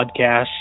podcast